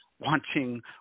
Wanting